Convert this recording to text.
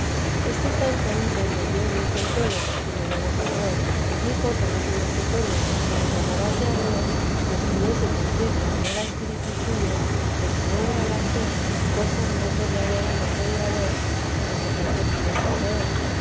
este santo hombre me dio luz en todo y me lo declaró y dijo que no tuviese pena sino que alabase a dios y estuviese tan cierta que era espíritu suyo que si no era la fe cosa más verdadera no podía haber ni que tanto pudiese creer